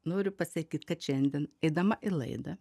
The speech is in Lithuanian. noriu pasakyt kad šiandien eidama į laidą